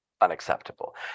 unacceptable